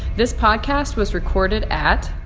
this podcast was recorded at.